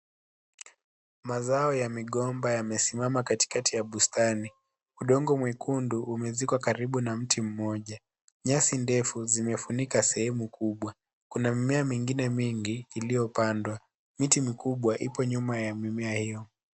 Mazao ya migomba yamesimama katikati ya bustani , udongo mwekundu umezunguka karibu na mti moja, nyasi ndefu zimefunika sehemu kubwa. Kuna mimea mengine mingi iliyopandwa. Miti mikubwa ipo nyuma ya mimea hiyo.